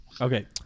Okay